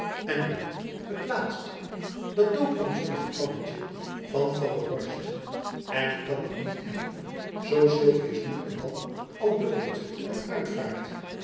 en nu het laatst dat dood onzondige plannetjen van van der horst en ik kan het niet helpen zoo sylvius nu en dan al buldert en uitvaart